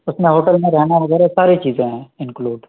اس میں ہوٹل میں رہنا وغیرہ ساری چیزیں ہیں انکلوڈ